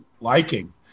liking